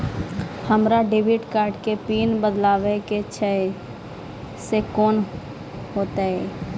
हमरा debit card के pin बदलबावै के छैं से कौन होतै?